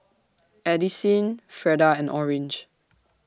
Addisyn Freda and Orange